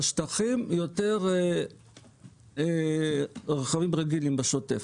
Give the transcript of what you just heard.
בשטחים יותר רכבים רגילים בשוטף.